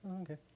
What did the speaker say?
okay